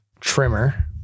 trimmer